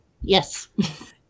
yes